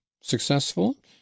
Successful